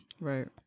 Right